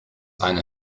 eine